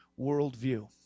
worldview